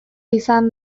izan